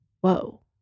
whoa